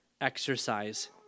exercise